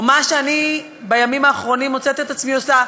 או מה שאני בימים האחרונים מוצאת את עצמי עושה,